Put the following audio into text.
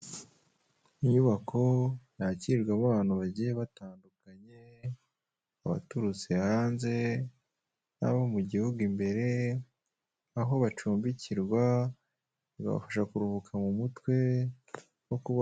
Inyubako yakirwamo abantu bagiye batandukanye abaturutse hanze n'abo mu gihugu imbere, aho bacumbikirwa bibafasha kuruhuka mu mutwe no kuba.